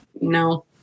No